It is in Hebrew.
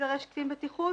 יידרש קצין בטיחות.